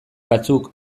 batzuk